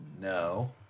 No